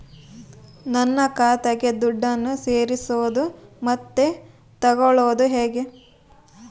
ನನ್ನ ಖಾತೆಗೆ ದುಡ್ಡನ್ನು ಸೇರಿಸೋದು ಮತ್ತೆ ತಗೊಳ್ಳೋದು ಹೇಗೆ?